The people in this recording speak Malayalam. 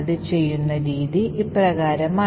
അത് ചെയ്യുന്ന രീതി ഇപ്രകാരമാണ്